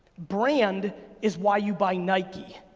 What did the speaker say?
brand is why you buy nike.